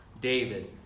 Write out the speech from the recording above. David